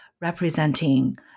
representing